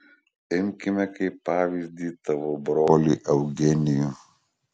imkime kaip pavyzdį tavo brolį eugenijų